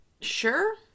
Sure